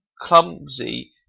clumsy